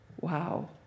wow